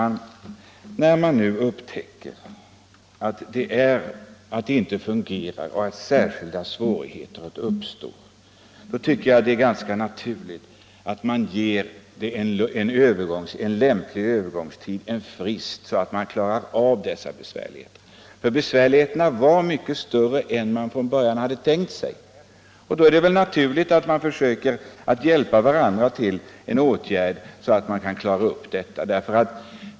Herr talman! När man upptäcker att särskilda svårigheter uppstår tycker jag det vore ganska naturligt att medge en lämplig övergångstid, en frist, så att folk kan klara av dessa besvärligheter. Besvärligheterna blev mycket större än vad man från början hade tänkt sig, och då är det väl naturligt att man försöker hjälpas åt med en åtgärd så att man kan klara den uppkomna situationen.